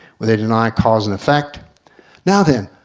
they denied cause and effect now then,